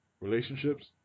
relationships